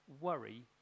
worry